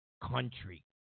country